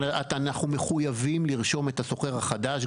אנחנו מחויבים לרשום את הסוחר החדש,